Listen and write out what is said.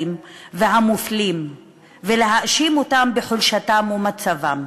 והמופלים ולהאשים אותם בחולשתם ובמצבם.